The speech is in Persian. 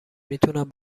میتونم